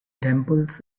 temples